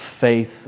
faith